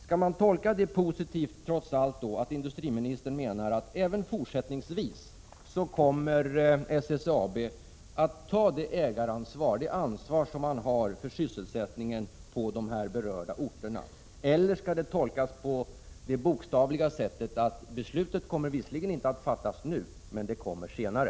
Kan man trots allt tolka detta positivt så att industriministern menar att SSAB även fortsättningsvis kommer att ta det ägaransvar som man har för sysselsättningen på de berörda orterna? Eller skall det tolkas på det bokstavliga sättet, att beslut visserligen inte kommer att fattas nu, men det kommer senare?